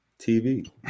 tv